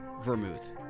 vermouth